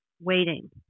waiting